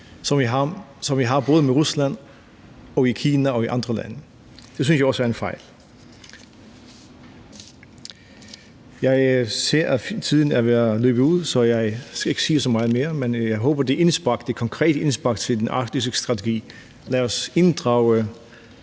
som vi har med både Rusland og med Kina og med andre lande. Det synes jeg også er en fejl. Jeg ser, at tiden er ved at løbe ud, så jeg skal ikke sige så meget mere, men jeg håber, at det konkrete indspark til den arktiske strategi, inddragelse